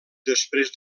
després